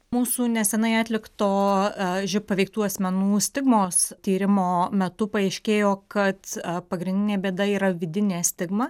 mūsų neseniai atlikto živ paveiktų asmenų stigmos tyrimo metu paaiškėjo kad pagrindinė bėda yra vidinė stigma